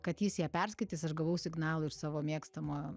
kad jis ją perskaitys aš gavau signalų iš savo mėgstamo